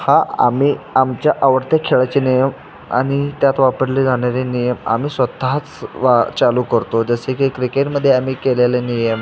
हा आम्ही आमच्या आवडते खेळाचे नियम आणि त्यात वापरले जाणारे नियम आम्ही स्वतःच वा चालू करतो जसे की क्रिकेटमध्ये आम्ही केलेले नियम